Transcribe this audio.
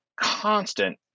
constant